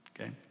okay